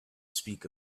speak